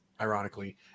ironically